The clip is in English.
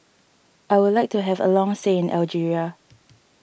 I would like to have a long stay in Algeria